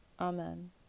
Amen